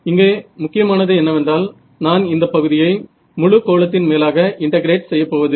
இங்கே முக்கியமானது என்னவென்றால் நான் இந்தப் பகுதியை முழு கோளத்தின் மேலாக இன்டெகிரேட் செய்யப்போவதில்லை